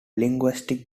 linguistic